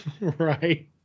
right